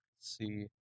See